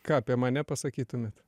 ką apie mane pasakytumėt